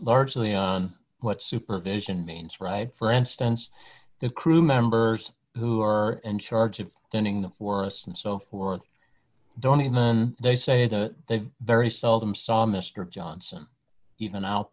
largely on what supervision means right for instance the crew members who are in charge of tending the forests and so on don't even they say to the very seldom saw mister johnson even out